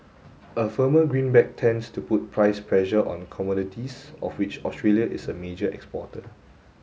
a firmer greenback tends to put price pressure on commodities of which Australia is a major exporter